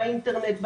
באינטרנט,